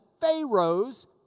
pharaoh's